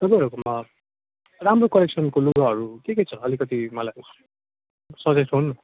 तपाईँहरूकोमा राम्रो कलेक्सनको लुगाहरू के के छ अलिकति मलाई सजेस्ट गर्नु न